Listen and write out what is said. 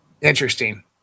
Interesting